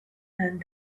hand